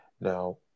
Now